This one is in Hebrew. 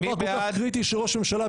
דבר כל כך קריטי של ראש ממשלה,